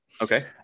Okay